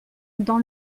dans